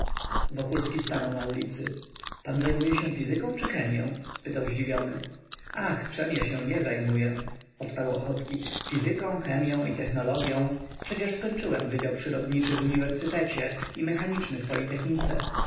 wokulski stanął na ulicy pan zajmuje się fizyką czy chemią spytał zdziwiony ach czem ja się nie zajmuję odparł ochocki fizyką chemią i technologią przecież skończyłem wydział przyrodniczy w uniwersytecie i mechaniczny w politechnice